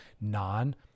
non